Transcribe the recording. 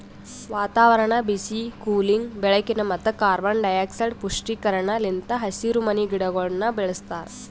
ವಾತಾವರಣ, ಬಿಸಿ, ಕೂಲಿಂಗ್, ಬೆಳಕಿನ ಮತ್ತ ಕಾರ್ಬನ್ ಡೈಆಕ್ಸೈಡ್ ಪುಷ್ಟೀಕರಣ ಲಿಂತ್ ಹಸಿರುಮನಿ ಗಿಡಗೊಳನ್ನ ಬೆಳಸ್ತಾರ